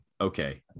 Okay